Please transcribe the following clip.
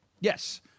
Yes